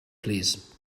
plîs